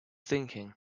thinking